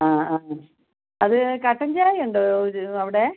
ആ ആ അത് കട്ടൻ ചായ ഉണ്ടോ ഒരു അവിടേ